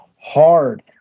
hard